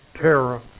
terror